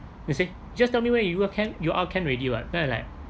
you say just tell me where you will can you all can already what then he like